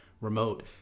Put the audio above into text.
remote